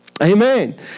Amen